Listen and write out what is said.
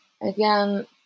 again